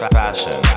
fashion